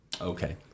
okay